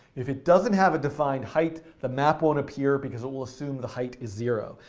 if it doesn't have a defined height, the map won't appear because it will assume the height is zero.